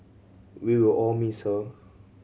we will all miss her